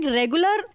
regular